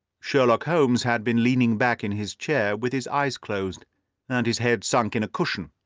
sherlock holmes had been leaning back in his chair with his eyes closed and his head sunk in a cushion,